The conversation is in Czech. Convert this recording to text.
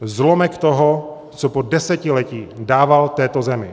Zlomek toho, co po desetiletí dával této zemi.